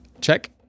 check